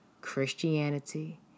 Christianity